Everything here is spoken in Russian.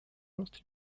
рост